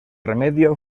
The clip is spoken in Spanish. remedio